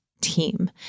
team